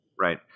Right